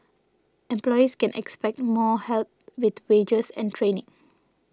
employees can expect more help with wages and training